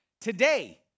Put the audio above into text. Today